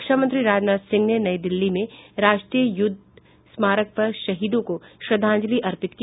रक्षा मंत्री राजनाथ सिंह ने नई दिल्ली में राष्ट्रीय युद्ध स्मारक पर शहीदों को श्रद्धांजलि अर्पित की